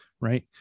Right